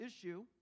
issue